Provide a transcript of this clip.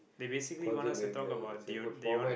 they basically want us to talk about the o~ the one